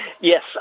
Yes